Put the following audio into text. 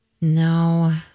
No